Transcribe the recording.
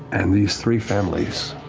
and these three families